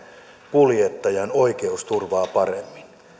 kuljettajan oikeusturvaa paremmin